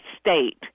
state